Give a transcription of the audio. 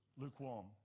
lukewarm